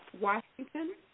Washington